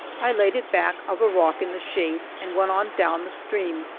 i laid it back of a rock in the shade, and went on down the stream,